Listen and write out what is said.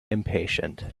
impatient